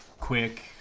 quick